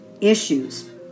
issues